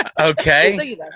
Okay